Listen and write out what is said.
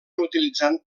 utilitzant